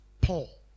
Paul